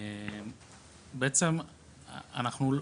כמובן,